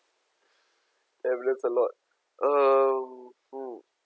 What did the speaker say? man that's a lot um